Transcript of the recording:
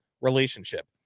relationship